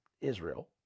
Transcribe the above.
Israel